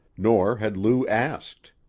nor had lou asked.